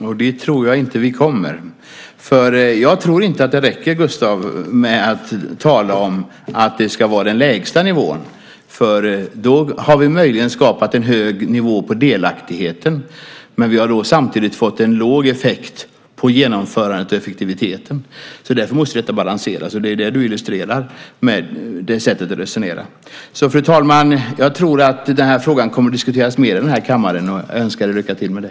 Fru talman! Dit tror jag inte att vi kommer. Jag tror inte att det räcker, Gustav, med att tala om att det ska vara den lägsta nivån. Då har vi möjligen skapat en hög nivå på delaktigheten, men vi har samtidigt fått en låg effekt på genomförandet och effektiviteten. Därför måste detta balanseras, och det är det du illustrerar med det sättet att resonera på. Fru talman! Jag tror att frågan kommer att diskuteras mer i den här kammaren, och önskar er lycka till med det.